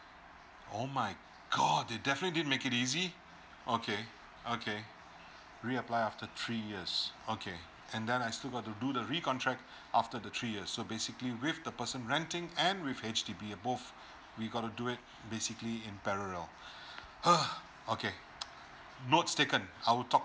oh my god they definitely didn't make it easy okay okay reapply after three years okay and then I still got to do the re contract after the three years so basically with the person renting and with H_D_B both we got to do it basically in parallel !huh! okay notes taken I will talk